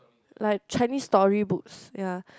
like Chinese story books ya